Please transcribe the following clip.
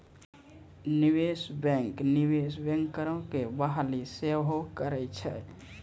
निवेशे बैंक, निवेश बैंकरो के बहाली सेहो करै छै